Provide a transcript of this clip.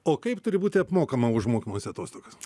o kaip turi būti apmokama už mokymosi atostogas